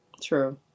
True